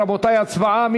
רבותי, הצבעה.